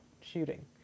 shooting